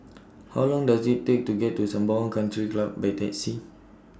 How Long Does IT Take to get to Sembawang Country Club By Taxi